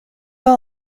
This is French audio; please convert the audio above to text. pas